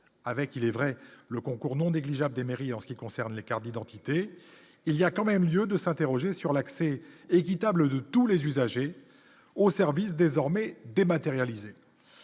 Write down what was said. avec il est vrai, le concours non négligeable des mairies en ce qui concerne les cartes d'identité, il y a quand même lieu de s'interroger sur l'accès équitable de tous les usagers au service désormais dématérialisé.